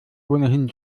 ohnehin